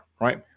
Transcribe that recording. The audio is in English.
right